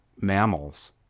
mammals